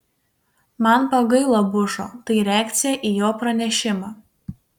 man pagailo bušo tai reakcija į jo pranešimą